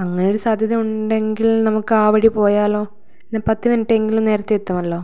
അങ്ങനെ ഒരു സാധ്യത ഉണ്ടെങ്കിൽ നമുക്ക് ആ വഴി പോയാലോ പത്ത് മിനിറ്റ് എങ്കിലും നേരത്തെ എത്തുമല്ലോ